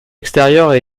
extérieurs